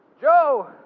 Joe